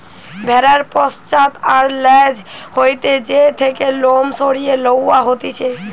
ভেড়ার পশ্চাৎ আর ল্যাজ হইতে যে থেকে লোম সরিয়ে লওয়া হতিছে